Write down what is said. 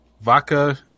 vodka